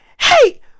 hey